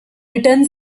written